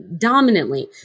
dominantly